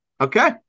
Okay